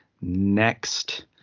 next